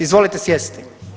Izvolite sjesti.